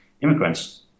immigrants